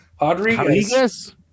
Rodriguez